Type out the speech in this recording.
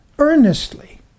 earnestly